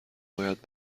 باید